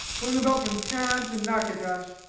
going about from teheran to natchitoches,